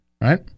right